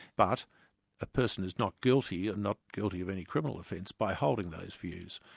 but a person is not guilty, um not guilty of any criminal offence, by holding those views.